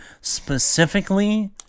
specifically